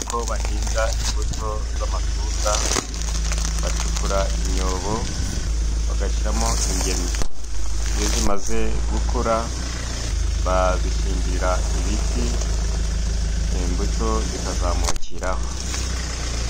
Uko bahinga imbuto z'amatunda, bacukura imyobo bagashiramo ingemwe. Iyo zimaze gukura, bazishingirira ibiti imbuto zikazamukiraho.